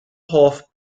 hoff